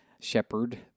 shepherd